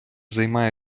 займає